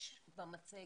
יש במצגת,